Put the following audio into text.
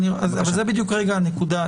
זאת בדיוק הנקודה.